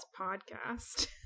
podcast